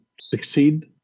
succeed